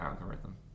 algorithm